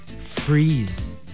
freeze